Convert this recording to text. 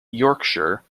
yorkshire